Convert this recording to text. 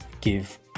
give